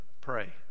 pray